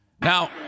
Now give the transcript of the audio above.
now